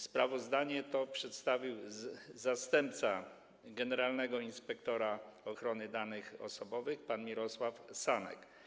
Sprawozdanie to przedstawił zastępca generalnego inspektora ochrony danych osobowych pan Mirosław Sanek.